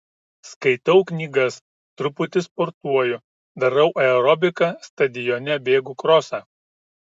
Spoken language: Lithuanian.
skaitau knygas truputį sportuoju darau aerobiką stadione bėgu krosą